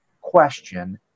question